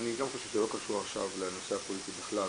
אני גם חושב שזה לא קשור לנושא הפוליטי בכלל.